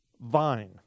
vine